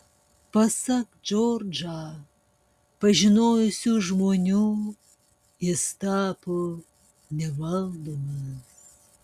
pasak džordžą pažinojusių žmonių jis tapo nevaldomas